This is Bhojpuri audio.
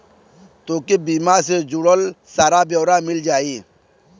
तोके बीमा से जुड़ल सारा ब्योरा मिल जाई